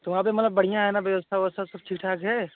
तो वहाँ पर मतलब बढ़िया हैं ना व्यवस्था व्यवस्था सब ठीक ठाक है